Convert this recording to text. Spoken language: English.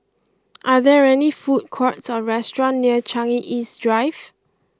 are there any food courts or restaurants near Changi East Drive